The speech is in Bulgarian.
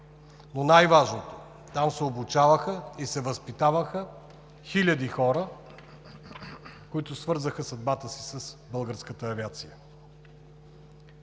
но най-важното – там се обучаваха и се възпитаваха хиляди хора, които свързаха съдбата си с българската авиация.